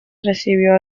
recibió